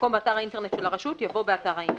במקום ב"אתר האינטרנט של הרשות" יבוא "באתר האינטרנט".